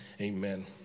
Amen